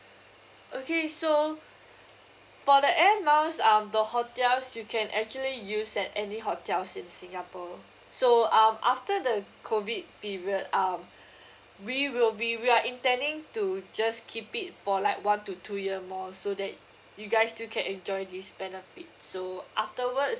okay so for the air miles um the hotels you can actually use at any hotels in singapore so um after the COVID period um we will be we are intending to just keep it for like one to two year more so that you guys still can enjoy this benefit so afterwards